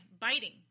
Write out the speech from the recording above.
biting